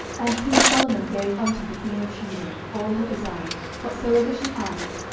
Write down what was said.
and king solomon gave unto the queen of sheba all her desire, whatsoever she asked,